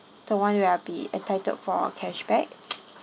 the one where I'll be entitled for a cashback